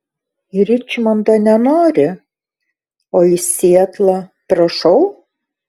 į ričmondą nenori o į sietlą prašau